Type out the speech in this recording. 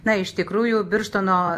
na iš tikrųjų birštono